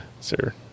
Sir